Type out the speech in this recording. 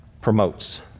promotes